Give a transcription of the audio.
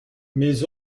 mais